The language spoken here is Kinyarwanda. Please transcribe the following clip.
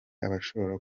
abashobora